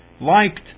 liked